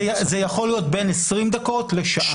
זה יכול להיות בין 20 דקות לשעה.